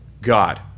God